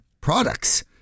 products